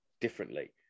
differently